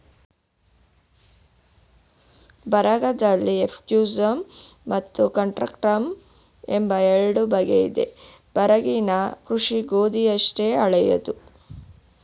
ಬರಗಲ್ಲಿ ಎಫ್ಯೂಸಮ್ ಮತ್ತು ಕಾಂಟ್ರಾಕ್ಟಮ್ ಎಂಬ ಎರಡು ಬಗೆಯಿದೆ ಬರಗಿನ ಕೃಷಿ ಗೋಧಿಯಷ್ಟೇ ಹಳೇದು